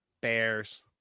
Bears